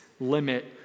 limit